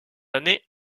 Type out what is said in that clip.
année